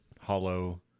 Hollow